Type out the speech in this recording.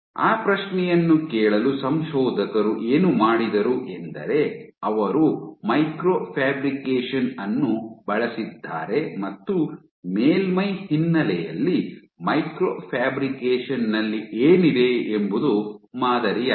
ಆ ಪ್ರಶ್ನೆಯನ್ನು ಕೇಳಲು ಸಂಶೋಧಕರು ಏನು ಮಾಡಿದರು ಎಂದರೆ ಅವರು ಮೈಕ್ರೊ ಫ್ಯಾಬ್ರಿಕೇಶನ್ ಅನ್ನು ಬಳಸಿದ್ದಾರೆ ಮತ್ತು ಮೇಲ್ಮೈ ಹಿನ್ನೆಲೆಯಲ್ಲಿ ಮೈಕ್ರೊ ಫ್ಯಾಬ್ರಿಕೇಶನ್ ನಲ್ಲಿ ಏನಿದೆ ಎಂಬುದು ಮಾದರಿಯಾಗಿದೆ